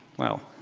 well,